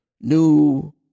new